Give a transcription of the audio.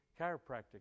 chiropractic